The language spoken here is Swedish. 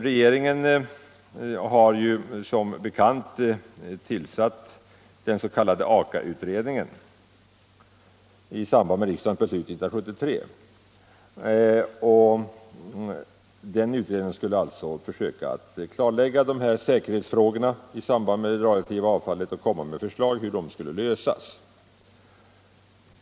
Regeringen har som bekant tillsatt den s.k. Aka-utredningen i samband med riksdagens beslut 1973. Den utredningen har till uppgift att försöka klarlägga säkerhetsfrågorna i samband med det radioaktiva avfallet och komma med förslag till hur dessa skulle lösas.